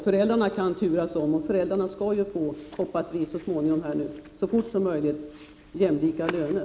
Föräldrarna kan turas om, och föräldrarna skall förhoppningsvis och så fort som möjligt få jämlika löner.